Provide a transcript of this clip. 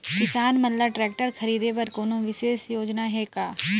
किसान मन ल ट्रैक्टर खरीदे बर कोनो विशेष योजना हे का?